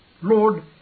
Lord